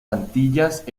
antillas